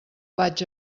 vaig